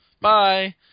bye